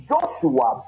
Joshua